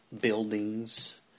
buildings